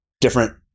different